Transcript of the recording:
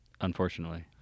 Unfortunately